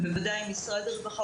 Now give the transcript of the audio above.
ובוודאי משרד הרווחה,